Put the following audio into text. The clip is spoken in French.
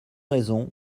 raisons